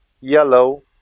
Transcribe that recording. yellow